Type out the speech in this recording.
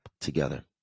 together